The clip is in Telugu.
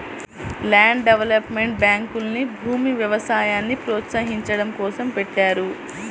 ల్యాండ్ డెవలప్మెంట్ బ్యాంకుల్ని భూమి, వ్యవసాయాల్ని ప్రోత్సహించడం కోసం పెట్టారు